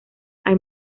hay